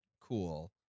cool